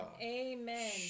Amen